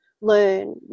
learn